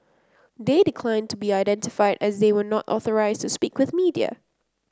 they declined to be identified as they were not authorised to speak with media